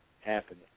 happening